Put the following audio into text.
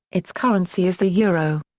its currency is the euro.